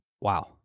Wow